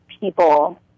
people